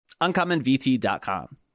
UncommonVT.com